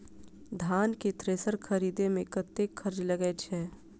धान केँ थ्रेसर खरीदे मे कतेक खर्च लगय छैय?